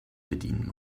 bedienen